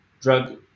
drug